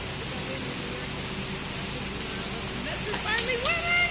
the guy in the new york yankees cap in denial that the mets are finally winning!